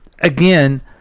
again